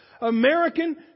American